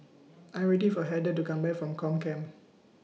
I Am waiting For Heather to Come Back from Comcare